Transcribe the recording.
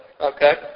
Okay